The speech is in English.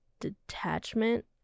detachment